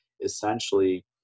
essentially